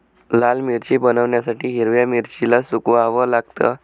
लाल मिरची बनवण्यासाठी हिरव्या मिरचीला सुकवाव लागतं